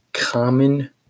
common